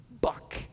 Buck